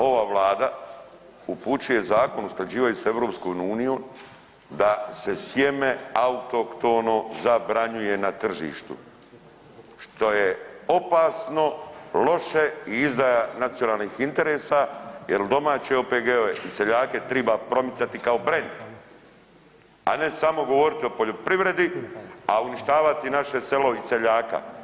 Ova Vlada upućuje zakon o usklađivanju s EU da se sjeme autohtono zabranjuje na tržištu što je opasno, loše i izdaja nacionalnih interesa jer domaće OPG-ove i seljake treba promicati kao brend, a ne samo govoriti o poljoprivredi a uništavati naše selo i seljaka.